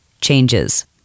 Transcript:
changes